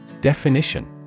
Definition